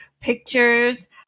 pictures